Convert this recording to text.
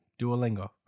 Duolingo